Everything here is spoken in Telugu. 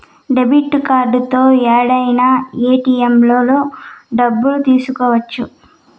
డెబిట్ కార్డుతో యాడైనా ఏటిఎంలలో డబ్బులు తీసుకోవచ్చు